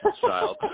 child